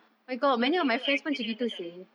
because dulu I kerja macam